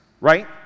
right